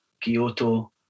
Kyoto